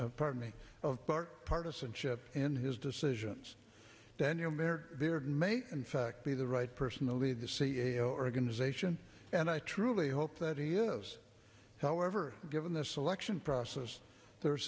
p pardon me of part partisanship in his decisions daniel there may in fact be the right person to lead the cia organization and i truly hope that he is however given the selection process there's